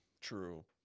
True